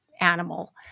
animal